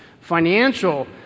financial